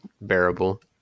bearable